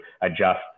adjust